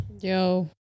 Yo